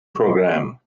program